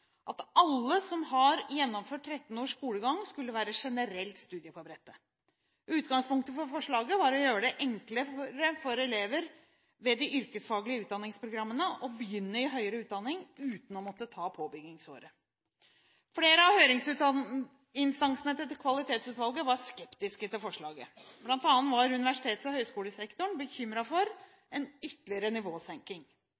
at alle som har gjennomført 13 års skolegang, skulle være generelt studieforberedte. Utgangspunktet for forslaget var å gjøre det enklere for elever ved de yrkesfaglige utdanningsprogrammene å begynne i høyere utdanning uten å måtte ta påbyggingsåret. Flere av høringsinstansene til Kvalitetsutvalget var skeptiske til forslaget. Blant annet var universitets- og høyskolesektoren